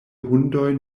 hundoj